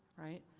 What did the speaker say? right?